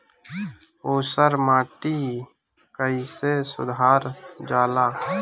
ऊसर माटी कईसे सुधार जाला?